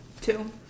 two